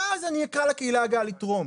אז אני אקרא לקהילה הגאה לתרום.